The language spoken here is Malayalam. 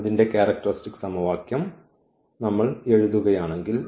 അതിന്റെ ക്യാരക്ടർസ്റ്റിക്സ് സമവാക്യം നമ്മൾ എഴുതുകയാണെങ്കിൽ